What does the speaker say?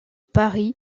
paris